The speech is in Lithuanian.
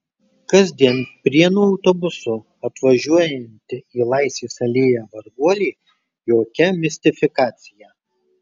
kasdien prienų autobusu atvažiuojanti į laisvės alėją varguolė jokia mistifikacija